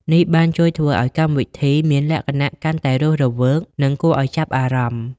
នេះបានជួយធ្វើឱ្យកម្មវិធីមានលក្ខណៈកាន់តែរស់រវើកនិងគួរឱ្យចាប់អារម្មណ៍។